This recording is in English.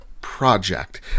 Project